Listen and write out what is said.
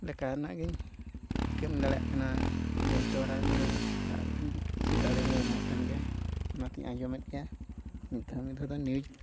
ᱞᱮᱠᱟᱱᱟᱜ ᱜᱤᱧ ᱠᱟᱹᱢᱤ ᱫᱟᱲᱮᱭᱟᱜ ᱠᱟᱱᱟ ᱱᱤᱭᱩᱡᱽ ᱫᱚᱣᱟᱨᱟ ᱫᱟᱲᱮ ᱫᱚᱭ ᱮᱢᱚᱜ ᱠᱟᱱ ᱜᱮᱭᱟᱭ ᱚᱱᱟᱛᱤᱧ ᱟᱸᱡᱚᱢᱮᱫ ᱜᱮᱭᱟ ᱢᱤᱫ ᱫᱷᱟᱣ ᱢᱤᱫ ᱫᱷᱟᱣ ᱫᱚ ᱱᱤᱭᱩᱡᱽ